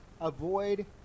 avoid